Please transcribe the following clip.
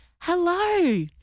Hello